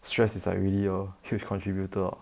stress is like really a huge contributor